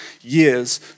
years